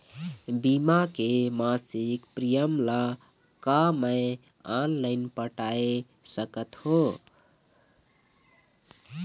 बीमा के मासिक प्रीमियम ला का मैं ऑनलाइन पटाए सकत हो?